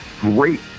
great